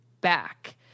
back